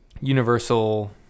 universal